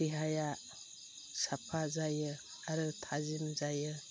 देहाया साफा जायो आरो थाजिम जायो